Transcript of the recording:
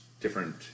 different